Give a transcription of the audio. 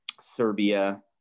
serbia